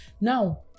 Now